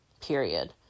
period